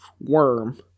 worm